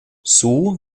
sue